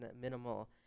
Minimal